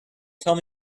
tell